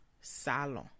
salon